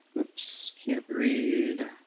opps, can't read.